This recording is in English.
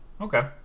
okay